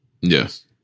Yes